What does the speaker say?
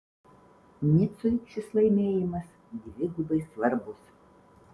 nicui šis laimėjimas dvigubai svarbus